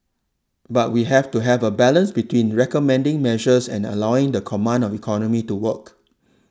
but we have to have a balance between recommending measures and allowing the command of economy to work